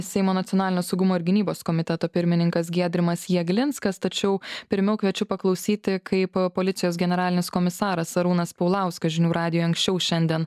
seimo nacionalinio saugumo ir gynybos komiteto pirmininkas giedrimas jeglinskas tačiau pirmiau kviečiu paklausyti kaip policijos generalinis komisaras arūnas paulauskas žinių radijui anksčiau šiandien